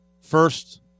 first